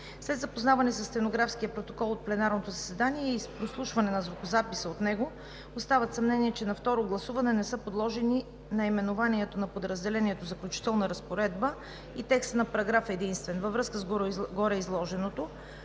След запознаване със стенографския протокол от пленарното заседание и изслушване на звукозаписа от него остават съмнения, че на второ гласуване не са подложени на гласуване наименованието на подразделението „Заключителна разпоредба“ и текстът на параграф единствен. Във връзка с гореизложеното,